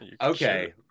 Okay